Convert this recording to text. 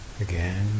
Again